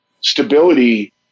stability